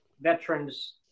veterans